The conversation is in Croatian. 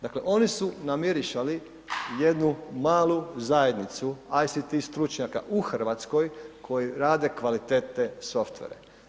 Dakle oni su namirisali jednu malu zajednicu ICT stručnjaka u Hrvatskoj koji rade kvalitetne software.